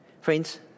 Friends